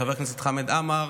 חבר הכנסת חמד עמאר,